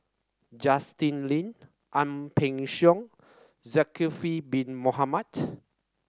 Justin Lean Ang Peng Siong Zulkifli Bin Mohamed